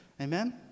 Amen